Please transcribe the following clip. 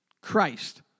Christ